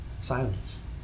silence